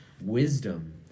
Wisdom